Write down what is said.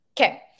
Okay